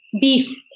beef